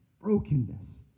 brokenness